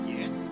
Yes